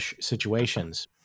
situations